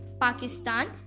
Pakistan